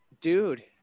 Dude